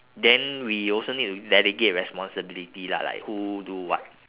then we also need to delegate responsibility lah like who do what